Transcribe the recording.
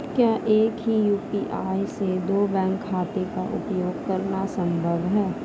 क्या एक ही यू.पी.आई से दो बैंक खातों का उपयोग करना संभव है?